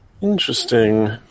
Interesting